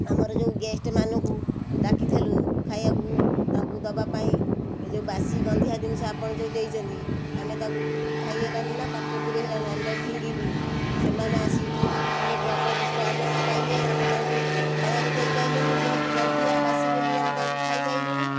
ଆମର ଯେଉଁ ଗେଷ୍ଟ୍ ମାନଙ୍କୁ ଡାକିଥେଲୁ ଖାଇବାକୁ ତାଙ୍କୁ ଦବା ପାଇଁ ଏଇ ଯେଉଁ ବାସି ଗନ୍ଧିଆ ଜିନିଷ ଆପଣ ଯେଉଁ ଦେଇଛନ୍ତି ଆମେ ତାକୁ ଖାଇ ହେଲାନି ନା ପାଟିରେ ପୁରେଇ ହେଲାନି ଆମେ ତାକୁ ଫିଙ୍ଗିଲୁ ସେମାନେ ଆସି ଆମକୁ ଅପଦସ୍ତ ଆମେ ପାଇଲେ ଆମେ ତାଙ୍କୁ ଖାଇବାକୁ ଦେଇପାଇଲୁନୁ ଯେହେତୁ ଗନ୍ଧିଆ ବାସି ବୋଲି ଆମେ ତାକୁ ଖାଇ ପାଇଲୁନି